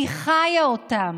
אני חיה אותם.